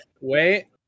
wait